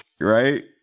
right